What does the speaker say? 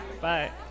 Bye